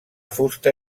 fusta